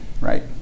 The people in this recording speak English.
right